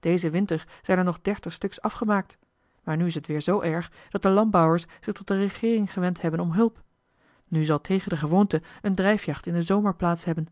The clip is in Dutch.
dezen winter zijn er nog dertig stuks afgemaakt maar nu is t weer zoo erg dat de landbouwers zich tot de regeering gewend hebben om hulp nu zal tegen de gewoonte eene drijfjacht in den zomer plaats hebben